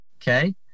okay